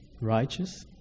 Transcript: righteous